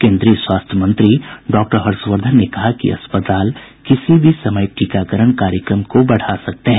केंद्रीय स्वास्थ्य मंत्री डॉक्टर हर्षवर्धन ने कहा कि अस्पताल किसी भी समय टीकाकरण कार्यक्रम को बढ़ा सकते हैं